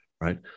Right